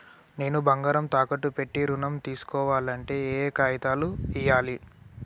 నేను బంగారం తాకట్టు పెట్టి ఋణం తీస్కోవాలంటే ఏయే కాగితాలు ఇయ్యాలి?